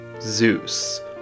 Zeus